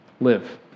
live